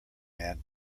man